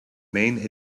main